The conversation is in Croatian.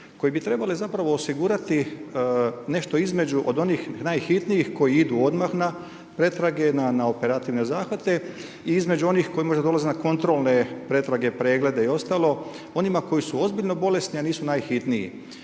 koje bi trebala zapravo osigurati nešto između od onih najhitnijih koji idu odmah na pretrage, na operativne zahvate i između onih koji možda dolaze na kontrolne pretrage, preglede i ostalo onima koji su ozbiljno bolesni, a nisu najhitniji.